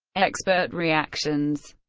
expert reactions